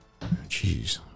jeez